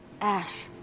Ash